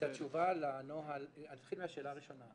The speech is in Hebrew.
אתחיל מהשאלה הראשונה.